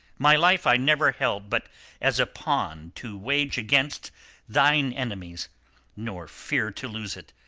my life i never held but as a pawn to wage against thine enemies nor fear to lose it,